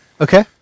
Okay